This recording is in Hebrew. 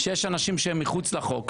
שיש אנשים שהם מחוץ לחוק,